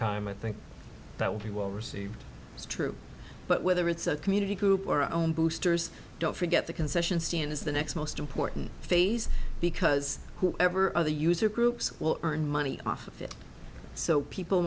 time i think that would be well received as true but whether it's a community group or our own boosters don't forget the concession stand is the next most important phase because whoever of the user groups will earn money off it so people